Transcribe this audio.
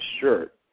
shirt